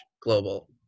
global